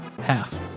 Half